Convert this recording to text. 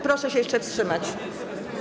Proszę się jeszcze wstrzymać.